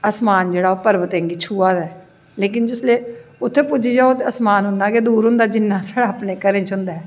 आसमान जेह्का ओह् पर्वतें गी छूहा दा ऐ लेकिन जिसलै उत्थें पुज्जी जाओ ते आसमान उन्नां गै दूर होंदा जिन्नां असैं अपनैं घरें च होंदा ऐ